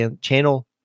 channel